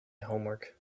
homework